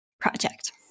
project